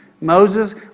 Moses